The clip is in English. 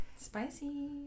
Spicy